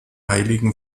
heiligen